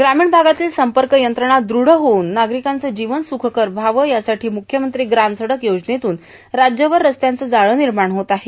ग्रामीण भागातील संपर्क यंत्रणा द्रढ होऊन नागरिकांचं जीवन सुखकर व्हावं यासाठी मुख्यमंत्री ग्रामसडक योजनेतून राज्यभर रस्त्यांचे जाळे निर्माण होत आहे